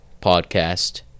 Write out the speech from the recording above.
podcast